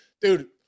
dude